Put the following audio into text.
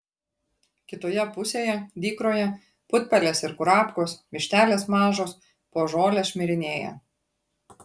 kitoje pusėje dykroje putpelės ir kurapkos vištelės mažos po žolę šmirinėja